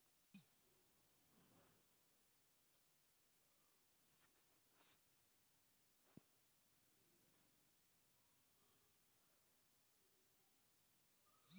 आज कल मनसे मन ह बरोबर कतको घर बउरे के जिनिस मन ल किस्ती म बिसावत चले जावत हवय